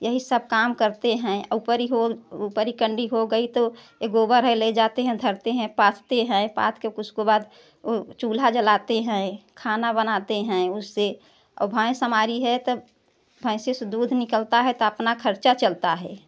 यही सब काम करते हैं उपरी हो उपरी कंडी हो गई तो ये गोबर है लै जाते हैं धरते हैं पाथते हैं पाथ कर उसको बाद ओह चूल्हा जलाते हैं खाना बनाते हैं उससे और भैंस हमारी है तो भैंसी से दूध निकलता है तो अपना खर्चा चलता है